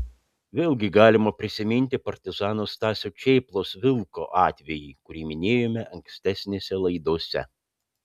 vėlgi galima prisiminti partizano stasio čėplos vilko atvejį kurį minėjome ankstesnėse laidose